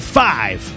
five